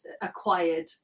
acquired